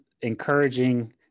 encouraging